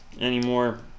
anymore